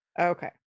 Okay